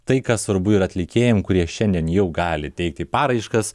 tai kas svarbu ir atlikėjam kurie šiandien jau gali teikti paraiškas